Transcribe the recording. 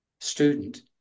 student